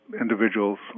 individuals